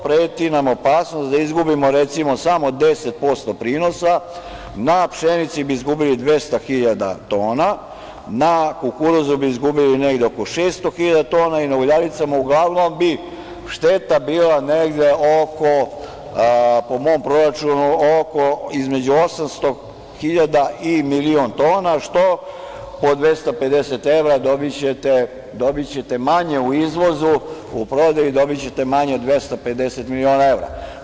Preti nam opasnost da izgubimo recimo samo 10% prinosa, na pšenici bi izgubili 200 hiljada tona, na kukuruzu bi izgubili negde oko 600 hiljada tona i na uljaricama uglavnom bi šteta bila negde oko po mom proračunu između 800 hiljada i milion tona, što po 250 evra dobićete manje u izvozu, u prodaji dobićete manje od 250 miliona evra.